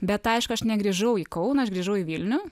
bet aišku aš negrįžau į kauną aš grįžau į vilnių